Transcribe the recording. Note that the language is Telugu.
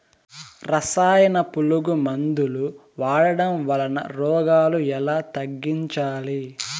రసాయన పులుగు మందులు వాడడం వలన రోగాలు ఎలా తగ్గించాలి?